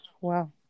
Wow